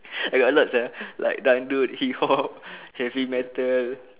eh a lot sia like dollop hip hop heavy metal